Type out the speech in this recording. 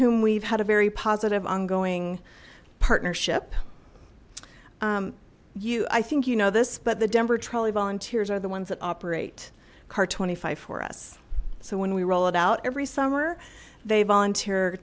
whom we've had a very positive ongoing partnership you i think you know this but the denver trolley volunteers are the ones that operate car twenty five for us so when we roll it out every summer they volunteer